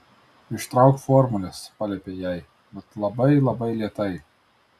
ištrauk formules paliepė jai bet labai labai lėtai